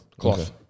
cloth